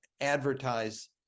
advertise